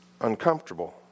Uncomfortable